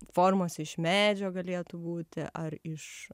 formos iš medžio galėtų būti ar iš